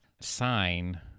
sign